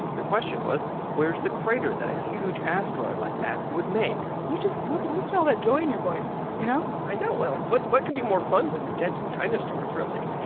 the question was where's the crater that a huge asteroid like that would make? you just look listen to all that joy in your voice, you know? i know. well, what what can be more fun than dead dinosaurs, really?